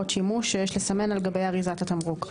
שיש לסמן על גבי אריזת התמרוק,